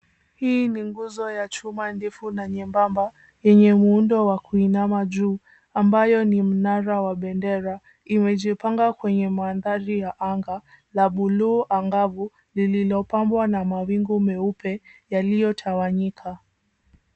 Hii ni nguzo ya chuma ndefu na nyembamba, yenye muundo wa kuinama juu, ambayo ni mnara wa bendera. Imejipanga kwenye maandhari ya anga la buluu-angavu lililopambwa na mawingu meupe yaliyotawanyika.